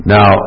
Now